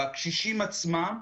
בקשישים עצמם,